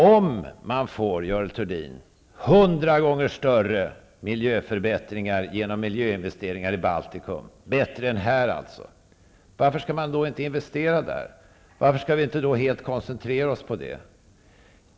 Om man, Görel Thurdin, får hundra gånger större miljöförbättringar genom miljöinvesteringar i Baltikum, bättre än här alltså, varför skall man då inte investera där? Varför skall vi då inte helt koncentrera oss på det?